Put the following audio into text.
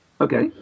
Okay